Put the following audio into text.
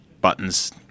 buttons